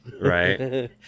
Right